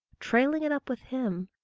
trailing it up with him,